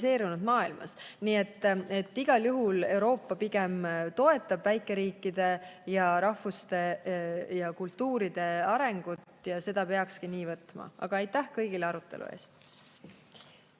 maailmas. Nii et igal juhul Euroopa pigem toetab väikeriikide ja -rahvuste ja -kultuuride arengut ja seda peakski nii võtma. Aitäh kõigile arutelu eest!